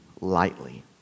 lightly